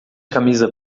camisa